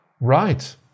right